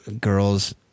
girls